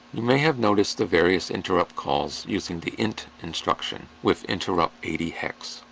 you may have noticed the various interrupt calls using the int instruction with interrupt eighty hex.